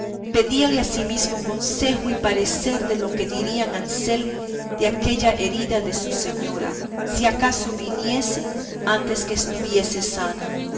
pedíale asimismo consejo y parecer de lo que dirían a anselmo de aquella herida de su señora si acaso viniese antes que estuviese sana